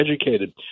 educated